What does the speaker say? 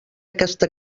aquesta